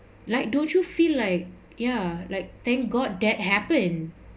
like don't you feel like ya like thank god that happen